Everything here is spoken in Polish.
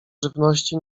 żywności